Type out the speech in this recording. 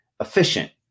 efficient